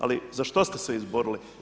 Ali za što ste se izborili?